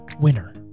winner